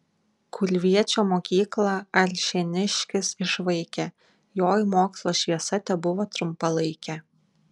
kulviečio mokyklą alšėniškis išvaikė joj mokslo šviesa tebuvo trumpalaikė